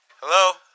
Hello